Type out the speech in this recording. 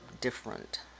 different